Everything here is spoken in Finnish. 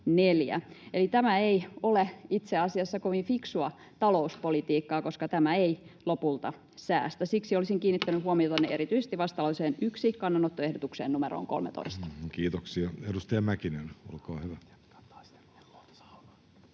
Eli tämä ei ole itse asiassa kovin fiksua talouspolitiikkaa, koska tämä ei lopulta säästä. Siksi olisin kiinnittänyt huomiota erityisesti vastalauseen 1 kannanottoehdotukseen numero 13. Kiitoksia. — Edustaja Mäkinen, olkaa hyvä.